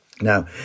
Now